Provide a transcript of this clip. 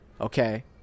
okay